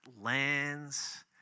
lands